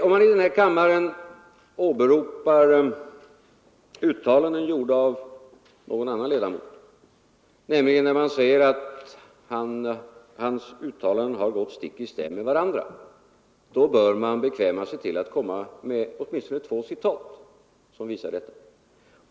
Om man här i kammaren åberopar uttalanden gjorda av någon annan ledamot och säger att hans uttalanden har gått stick i stäv med varandra, då bör man bekväma sig till att komma med åtminstone två citat som visar detta.